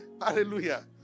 Hallelujah